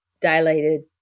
dilated